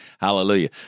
Hallelujah